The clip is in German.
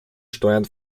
steuern